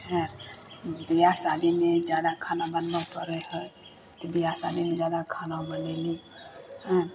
हँ बिआह शादीमे जादा खाना बनबऽ पड़ै हइ तऽ बिआह शादीमे जादा खाना बनेली हँ